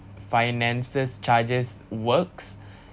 finances charges works